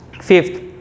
Fifth